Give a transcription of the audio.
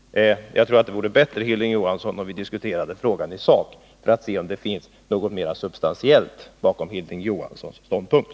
Jag tror att det vore bättre, Hilding Johansson, om vi diskuterade frågan i sak för att se om det finns något mer substantiellt bakom Hilding Johanssons ståndpunkt.